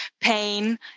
pain